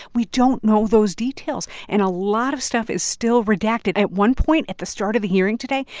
we don't know those details. and a lot of stuff is still redacted at one point at the start of the hearing today,